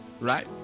right